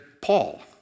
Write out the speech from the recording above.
Paul